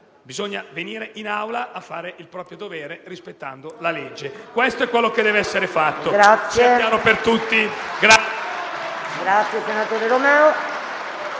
bisogna venire in Assemblea a fare il proprio dovere, rispettando la legge. Questo è quanto deve essere fatto: